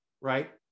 right